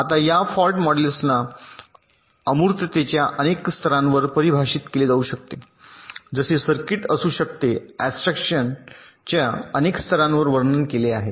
आता या फॉल्ट मॉडेल्सना अमूर्ततेच्या अनेक स्तरांवर परिभाषित केले जाऊ शकते जसे सर्किट असू शकते अॅबस्ट्रॅक्शनच्या अनेक स्तरांवर वर्णन केले आहे